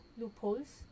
loopholes